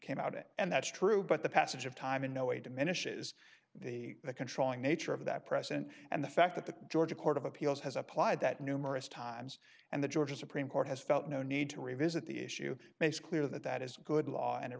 came out it and that's true but the passage of time in no way diminishes the controlling nature of that precedent and the fact that the georgia court of appeals has applied that numerous times and the georgia supreme court has felt no need to revisit the issue makes clear that that is a good law and it